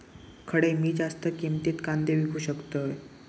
खडे मी जास्त किमतीत कांदे विकू शकतय?